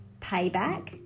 payback